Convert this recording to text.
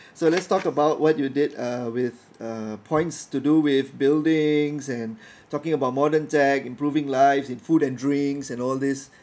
so let's talk about what you did uh with uh points to do with buildings and talking about modern tech improving lives in food and drinks and all this